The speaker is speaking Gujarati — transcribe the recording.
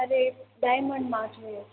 મારે ડાયમંડમાં જોઈએ છે